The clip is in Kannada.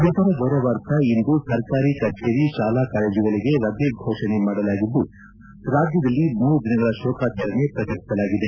ಮೃತರ ಗೌರವಾರ್ಥ ಇಂದು ಸರ್ಕಾರಿ ಕಚೇರಿ ಶಾಲಾ ಕಾಲೇಜುಗಳಿಗೆ ರಜೆ ಫೋಷಣೆ ಮಾಡಲಾಗಿದ್ದು ಜೊತೆಗೆ ರಾಜ್ಯದಲ್ಲಿ ಮೂರು ದಿನಗಳ ಶೋಕಾಚಾರಣೆ ಫೋಷಿಸಲಾಗಿದೆ